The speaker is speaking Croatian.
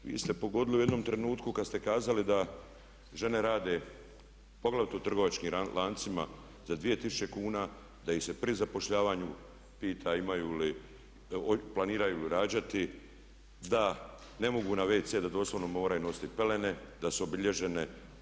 Vi ste pogodili u jednom trenutku kada ste kazali da žene rade, poglavito u trgovačkim lancima za 2000 kn, da ih se pri zapošljavanju pita imaju li, planiraju li rađati, da ne mogu na wc da doslovno moraju nositi pelene, da su obilježene.